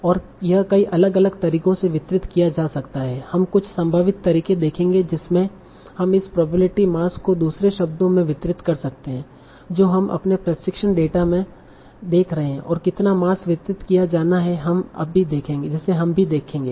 और यह कई अलग अलग तरीकों से वितरित किया जा सकता है हम कुछ संभावित तरीके देखेंगे जिसमें हम इस प्रोबेबिलिटी मास को दूसरे शब्दों में वितरित कर सकते हैं जो हम अपने प्रशिक्षण डेटा में देख रहे थे और कितना मास वितरित किया जाना है जिसे हम भी देखेंगे